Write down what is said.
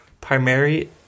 Primary